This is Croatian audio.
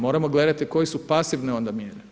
Moramo gledati koje su pasivne onda mjere.